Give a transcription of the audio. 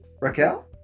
Raquel